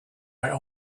right